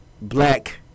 black